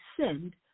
send